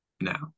now